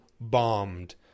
bombed